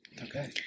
Okay